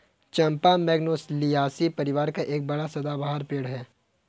चंपा Magnoliaceae परिवार का एक बड़ा सदाबहार पेड़ है